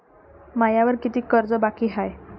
मायावर कितीक कर्ज बाकी हाय?